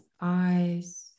eyes